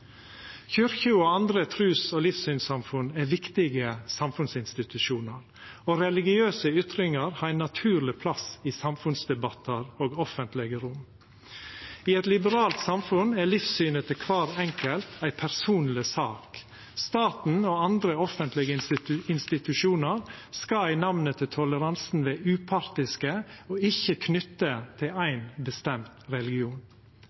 og andre trus- og livssynssamfunn er viktige samfunnsinstitusjonar, og religiøse ytringar har ein naturleg plass i samfunnsdebattar og offentlege rom. I eit liberalt samfunn er livssynet til kvar enkelt ei personleg sak. Staten og andre offentlege institusjonar skal i namnet til toleransen vera upartiske og ikkje knytte til